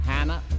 Hannah